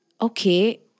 okay